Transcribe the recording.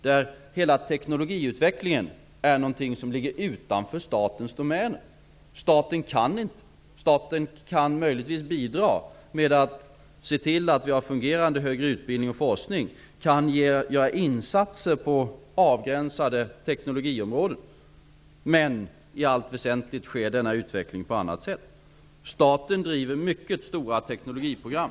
Där är hela teknologiutvecklingen något som ligger utanför statens domäner. Staten kan möjligen bidra med att se till att det finns fungerande högre utbildning och forskning och därmed göra insatser på avgränsade teknologiområden. Men i allt väsentligt sker denna utveckling på annat sätt. Staten driver mycket stora teknologiprogram.